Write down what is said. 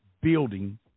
building